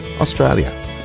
Australia